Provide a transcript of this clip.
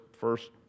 first